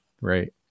right